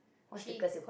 she